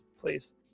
please